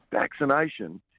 vaccination